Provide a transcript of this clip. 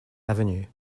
avenue